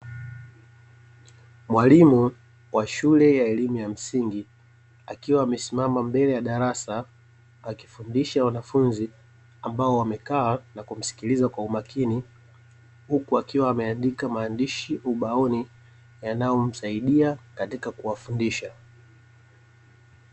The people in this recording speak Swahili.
Mwalimu wa shule ya elimu ya msingi akiwa amesimama mbele ya darasa, akifundisha wanafunzi ambao wamekaa na kumsikiliza kwa umakini huku akiwa ameandika maandishi ubaoni yanayomsaidia katika kuwafundisha.